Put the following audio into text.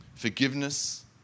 Forgiveness